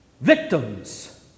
victims